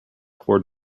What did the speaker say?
toward